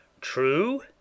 True